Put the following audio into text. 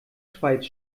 schweiz